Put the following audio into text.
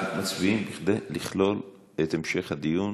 אנחנו מצביעים על לכלול את המשך הדיון